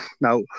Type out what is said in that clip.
now